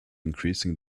increasing